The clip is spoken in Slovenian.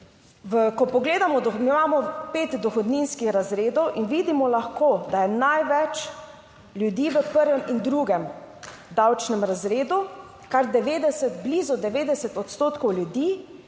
Ko pogledamo, imamo pet dohodninskih razredov in vidimo lahko, da je največ ljudi v prvem in drugem davčnem razredu, kar 90, blizu 90 odstotkov ljudi.